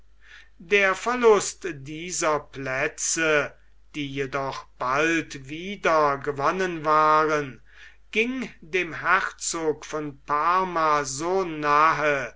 der verlust dieser plätze die jedoch bald wieder gewonnen waren ging dem herzog von parma so nahe